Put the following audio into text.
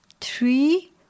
three